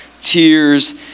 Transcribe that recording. tears